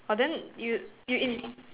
ah then you you in